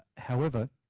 however,